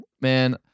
Man